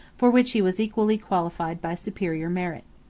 for which he was equally qualified by superior merit.